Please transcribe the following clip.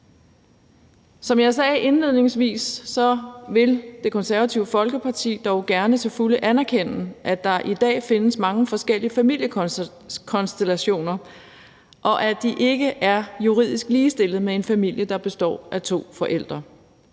Som jeg sagde indledningsvis, vil Det Konservative Folkeparti dog gerne til fulde anerkende, at der i dag findes mange forskellige familiekonstellationer, og at de ikke er juridisk ligestillede med en familie, der består af to forældre.